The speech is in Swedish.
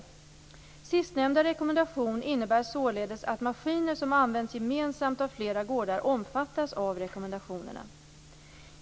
Sistnämnda rekommendation innebär således att maskiner som används gemensamt av flera gårdar omfattas av rekommendationerna.